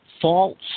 false